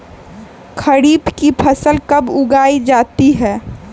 खरीफ की फसल कब उगाई जाती है?